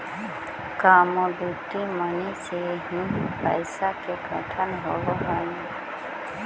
commodity money से ही पैसा के गठन होवऽ हई